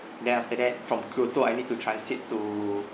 then after that from kyoto I need to transit to